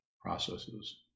processes